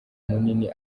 munini